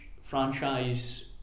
franchise